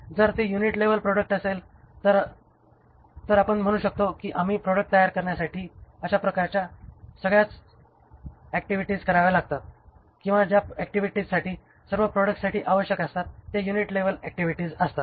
जर ते unit level product असेल तर आपण म्हणू शकतो की आम्ही प्रॉडक्ट तयार करण्यासाठी त्याप्रकारच्या सगळ्याच ऍक्टिव्हिटीज कराव्या लागतात किंवा ज्या ऍक्टिव्हिटीजसाठी सर्व प्रॉडक्टसाठी आवश्यक असतात त्या युनिट लेवल ऍक्टिव्हिटीज असतात